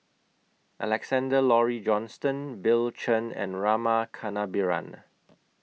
Alexander Laurie Johnston Bill Chen and Rama Kannabiran